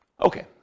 okay